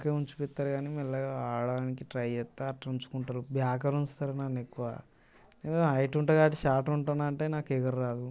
పక్కకి ఉంచిపిస్తారు కానీ మెల్లగా నేను ఆడడానికి ట్రై చేస్తా అట్లా ఉంచుకుంటారు బ్యాక్లో ఉంచుతారు నన్ను ఎక్కువ హైట్ ఉంటాను కాబట్టి షార్ట్ ఉంటా అంటే నాకు ఎగరరాదు